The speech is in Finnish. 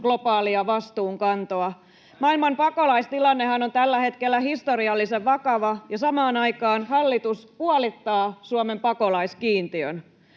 ryhmästä] Maailman pakolaistilannehan on tällä hetkellä historiallisen vakava, ja samaan aikaan hallitus puolittaa Suomen pakolaiskiintiön.